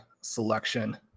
selection